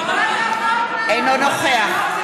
אינו נוכח מכלוף